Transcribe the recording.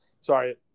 Sorry